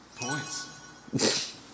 Points